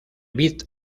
bit